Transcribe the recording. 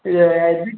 ଇଏ